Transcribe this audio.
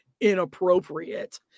inappropriate